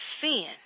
sin